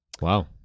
Wow